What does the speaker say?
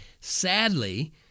sadly